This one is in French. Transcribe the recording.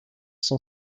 sont